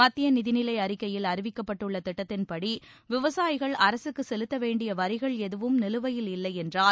மத்திய நிதிநிலை அறிக்கையில் அறிவிக்கப்பட்டுள்ள திட்டத்தின்படி விவசாயிகள் அரசுக்கு செலுத்த வேண்டிய வரிகள் எதுவும் நிலுவையில் இல்லையென்றால்